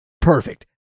Perfect